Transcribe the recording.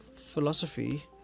philosophy